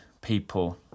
people